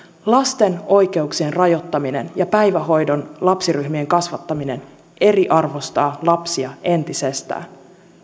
lasten oikeuksien rajoittaminen ja päivähoidon lapsiryhmien kasvattaminen eriarvoistaa lapsia entisestään